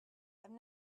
have